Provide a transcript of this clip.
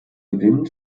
gewinn